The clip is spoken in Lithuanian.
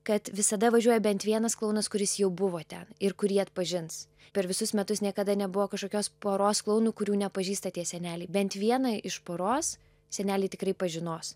kad visada važiuoja bent vienas klounas kuris jau buvo ten ir kurį atpažins per visus metus niekada nebuvo kažkokios poros klounų kurių nepažįsta tie seneliai bent vieną iš poros seneliai tikrai pažinos